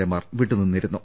എമാർ വിട്ടുനിന്നിരുന്നു